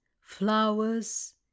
flowers